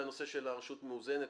הנושא של רשות מאוזנת,